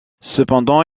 cependant